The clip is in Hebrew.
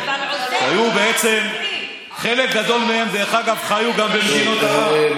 חלק גדול מהם, דרך אגב, חיו גם במדינות ערב,